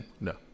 No